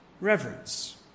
reverence